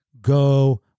go